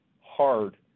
hard